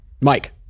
Mike